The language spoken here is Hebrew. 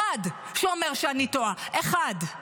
אחד, שאומר שאני טועה, אחד.